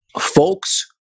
folks